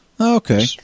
Okay